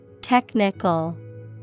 Technical